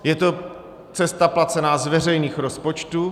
Je to cesta placená z veřejných rozpočtů.